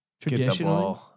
Traditionally